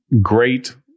great